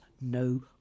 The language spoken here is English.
no